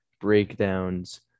breakdowns